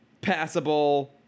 passable